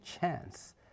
chance